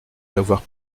d’avoir